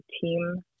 team